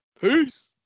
Peace